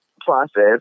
process